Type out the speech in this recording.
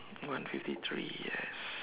one fifty three yes